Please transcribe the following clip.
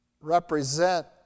represent